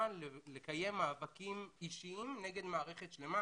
לקיים מאבקים אישיים נגד מערכת שלמה.